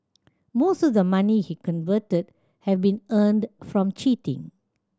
most of the money he converted had been earned from cheating